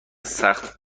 سخت